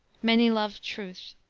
many loved truth